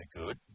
good